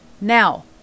Now